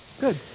Good